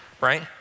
right